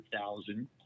thousand